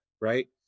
right